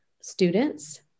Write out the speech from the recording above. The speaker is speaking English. students